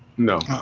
know